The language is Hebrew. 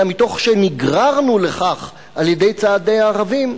אלא מתוך שנגררנו לכך על-ידי צעדי הערבים,